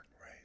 Right